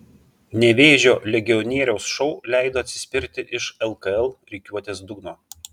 nevėžio legionieriaus šou leido atsispirti iš lkl rikiuotės dugno